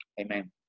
amen